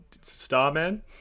Starman